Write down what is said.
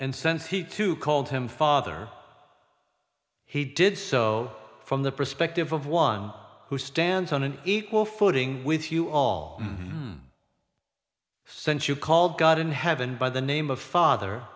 and sent he to called him father he did so from the perspective of one who stands on an equal footing with you all since you called god in heaven by the name of father